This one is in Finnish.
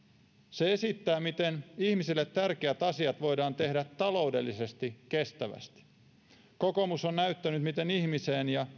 se esittää miten ihmisille tärkeät asiat voidaan tehdä taloudellisesti kestävästi kokoomus on näyttänyt miten ihmiseen ja